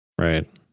Right